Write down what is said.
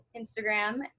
Instagram